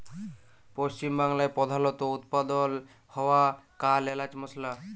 পশ্চিম বাংলায় প্রধালত উৎপাদল হ্য়ওয়া কাল এলাচ মসলা